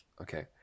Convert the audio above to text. Okay